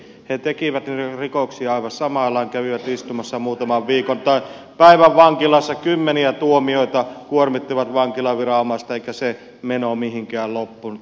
he tekivät rikoksia aivan samalla lailla kävivät istumassa muutaman viikon tai päivän vankilassa kymmeniä tuomioita kuormittivat vankilaviranomaista eikä se meno mihinkään loppunut